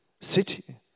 city